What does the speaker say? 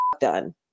done